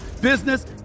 business